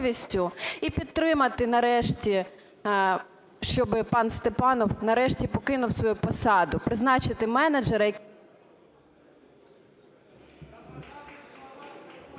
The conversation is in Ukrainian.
і підтримати нарешті, щоб пан Степанов, нарешті, покинув свою посаду? Призначити менеджера…